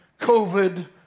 COVID